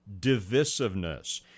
divisiveness